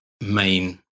main